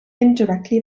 indirectly